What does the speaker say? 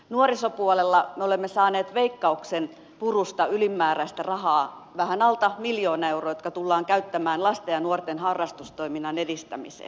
nuorisopuolella me olemme saaneet veikkauksen purusta ylimääräistä rahaa vähän alta miljoona euroa jotka tullaan käyttämään lasten ja nuorten harrastustoiminnan edistämiseen